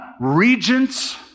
Regents